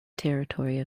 territory